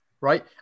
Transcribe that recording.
right